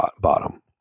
bottom